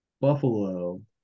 Buffalo